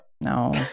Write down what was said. No